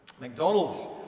McDonald's